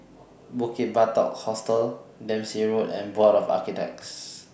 Bukit Batok Hostel Dempsey Road and Board of Architects